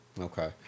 Okay